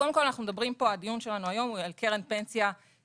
קודם כל הדיון שלנו פה היום הוא על קרן פנסיה חדשה,